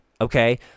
Okay